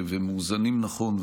ומאוזנים נכון.